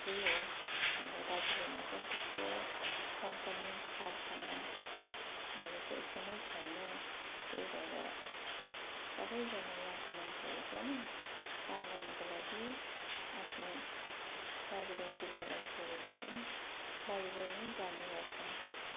त्यही हो हाम्रो दार्जिलिङमा चाहिँ त्यस्तो कम्पनी कारखानाहरू चाहिँ एकदम छैन त्यही भएर सबैजना यहाँको मान्छेहरू चाहिँ काम गर्नको लागि आफ्नो दार्जिलिङ जिल्लालाई छोडेर चाहिँ बाहिर नै जाने गर्छन्